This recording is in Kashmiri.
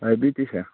ٲبی تہِ چھہ